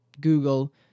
Google